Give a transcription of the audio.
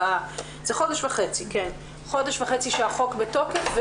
ביולי חודש וחצי שהחוק בתוקף,